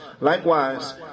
Likewise